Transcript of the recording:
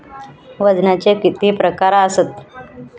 वजनाचे किती प्रकार आसत?